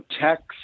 text